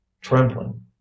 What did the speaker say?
trembling